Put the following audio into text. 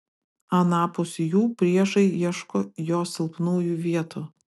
anapus jų priešai ieško jo silpnųjų vietų